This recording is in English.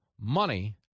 money